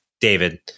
David